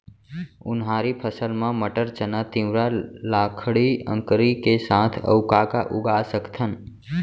उनहारी फसल मा मटर, चना, तिंवरा, लाखड़ी, अंकरी के साथ अऊ का का उगा सकथन?